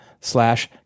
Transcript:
slash